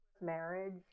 marriage